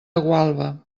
gualba